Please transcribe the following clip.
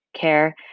care